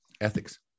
ethics